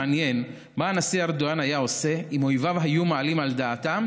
מעניין מה הנשיא ארדואן היה עושה אם אויביו היו מעלים על דעתם,